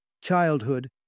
Childhood